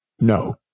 No